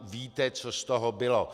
Víte, co z toho bylo.